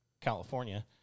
California